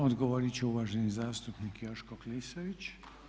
Odgovorit će uvaženi zastupnik Joško Klisović.